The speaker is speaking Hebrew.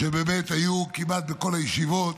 שבאמת היו כמעט בכל הישיבות.